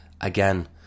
again